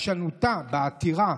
בעקשנותה בעתירה,